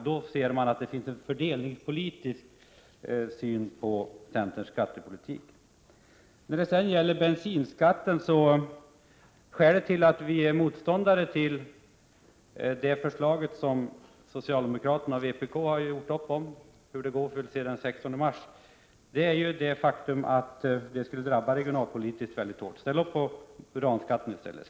Då framgår det att centern har en fördelningspolitisk syn på skattepolitiken. Skälet till att vi är motståndare till det förslag beträffande bensinskatten som socialdemokraterna och vpk gjort upp om — hur det går får vi se den 16 mars — är det faktum att ett genomförande av förslaget skulle drabba vissa regioner mycket hårt. Ställ upp på uranskatten i stället!